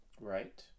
Right